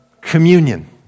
communion